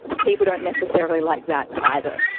people don't necessarily like that either.